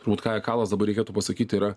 turbūt kajekalas dabar reikėtų pasakyt yra